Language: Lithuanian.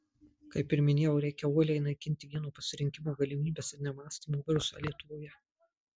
kaip ir minėjau reikia uoliai naikinti vieno pasirinkimo galimybės ir nemąstymo virusą lietuvoje